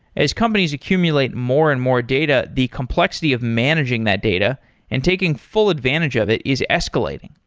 as companies accumulate more and more data, the complexity of managing that data and taking full advantage of it is escalating.